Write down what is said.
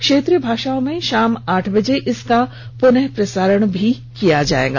क्षेत्रीय भाषाओं में शाम आठ बजे इसका पुनः प्रसारण भी किया जाएगा